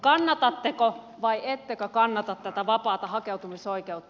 kannatatteko vai ettekö kannata tätä vapaata hakeutumisoikeutta